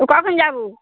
ও কখন যাবো